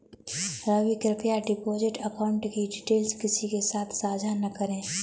रवि, कृप्या deposit account की details किसी के साथ सांझा न करें